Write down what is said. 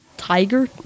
tiger